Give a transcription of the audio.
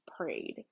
prayed